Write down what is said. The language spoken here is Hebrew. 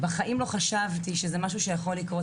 בחיים לא חשבתי שזה משהו שיכול לקרות